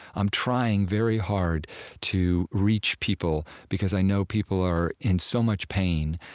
i'm trying very hard to reach people, because i know people are in so much pain,